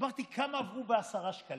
אמרתי: כמה עברו בעשרה שקלים?